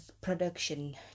Production